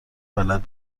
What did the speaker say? بلد